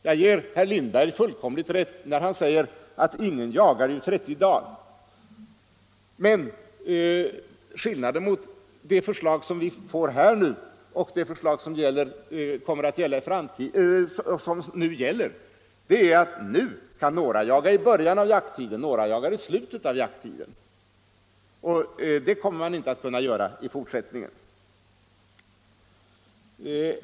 Jag ger herr Lindberg fullkomligt rätt när han säger att ingen jagar 30 dagar, men skillnaden mot det förslag som vi får här och det som nu gäller är att nu kan några jaga i början av jakttiden och några i slutet av jakttiden intill trettionde dagen. Det kommer man inte att kunna göra i fortsättningen.